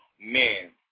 men